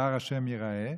בהר ה' יֵרָאֶה".